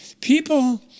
people